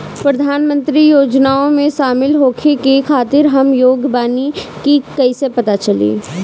प्रधान मंत्री योजनओं में शामिल होखे के खातिर हम योग्य बानी ई कईसे पता चली?